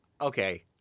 okay